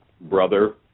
brother